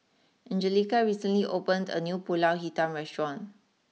Angelica recently opened a new Pulut Hitam restaurant